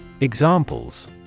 Examples